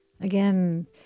Again